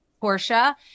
Portia